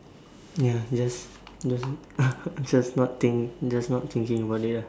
ya yes doesn't just not think just not thinking about it ah